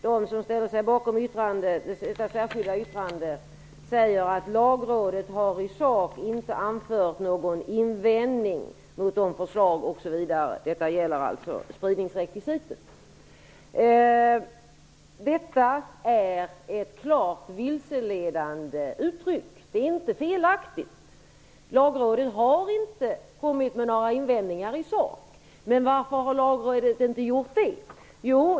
De som ställer sig bakom detta särskilda yttrande säger att Lagrådet i sak inte har anfört någon invändning mot dessa förslag osv. Detta gäller alltså spridningsrekvisitet. Detta är ett klart vilseledande uttryck, men det är inte felaktigt. Lagrådet har inte kommit med några invändningar i sak. Varför har Lagrådet inte gjort det?